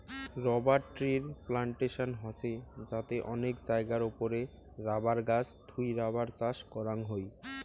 rubber ট্রির plantation হসে যাতে অনেক জায়গার ওপরে রাবার গাছ থুই রাবার চাষ করাং হই